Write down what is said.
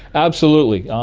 absolutely. um